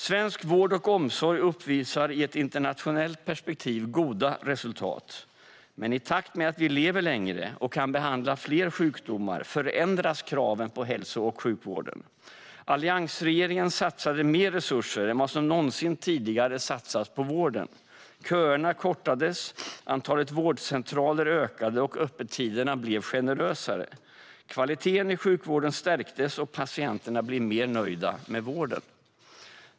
Svensk vård och omsorg uppvisar i ett internationellt perspektiv goda resultat. Men i takt med att vi lever längre och kan behandla fler sjukdomar förändras kraven på hälso och sjukvården. Alliansregeringen satsade mer resurser än vad som någonsin tidigare satsats på vården. Köerna kortades, antalet vårdcentraler ökade och öppettiderna blev generösare. Kvaliteten i sjukvården stärktes, och patienterna blev mer nöjda med vården.